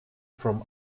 from